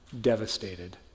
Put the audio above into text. devastated